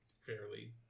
fairly